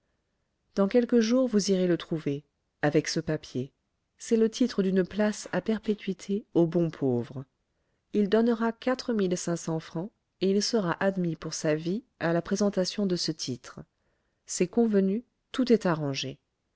dans quelques jours vous irez le trouver avec ce papier c'est le titre d'une place à perpétuité aux bons pauvres il donnera quatre mille cinq cents francs et il sera admis pour sa vie à la présentation de ce titre c'est convenu tout arrangé